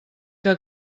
que